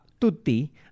tutti